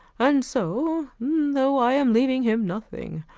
and so, though i am leaving him nothing,